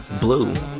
Blue